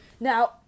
Now